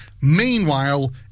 Meanwhile